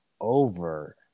over